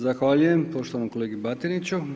Zahvaljujem poštovanom kolegi Batiniću.